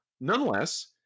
nonetheless